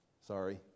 Sorry